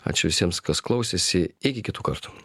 ačiū visiems kas klausėsi iki kitų kartų